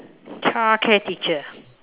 childcare teacher